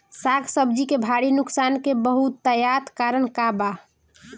साग सब्जी के भारी नुकसान के बहुतायत कारण का बा?